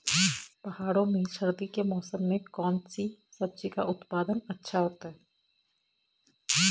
पहाड़ों में सर्दी के मौसम में कौन सी सब्जी का उत्पादन अच्छा होता है?